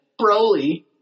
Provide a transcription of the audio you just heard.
Broly